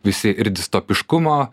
visi ir distopiškumo